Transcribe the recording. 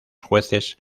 jueces